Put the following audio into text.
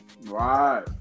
Right